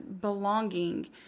belonging